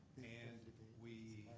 and we,